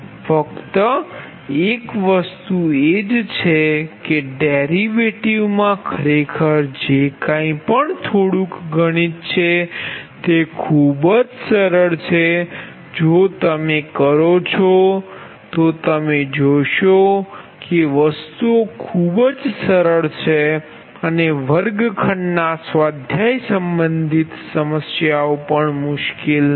ફક્ત એક વસ્તુ એ જ છે કે ડેરિવેટિવ મા ખરેખર જે કાંઈ પણ થોડુંક ગણિત છે તે ખૂબ જ સરળ છે જો તમે કરો છો તો તમે જોશો કે વસ્તુઓ ખૂબ જ સરળ છે અને વર્ગખંડ ના સ્વાધ્યાય સંબંધિત સમસ્યાઓ પણ મુશ્કેલ નથી